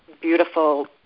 beautiful